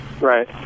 Right